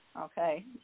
okay